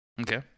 okay